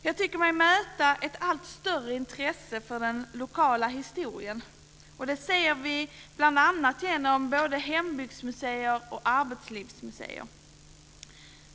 Jag tycker mig möta ett allt större intresse för den lokala historien, och det ser vi bl.a. genom hembygdsmuseer och arbetslivsmuseer.